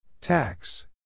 Tax